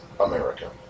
America